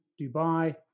Dubai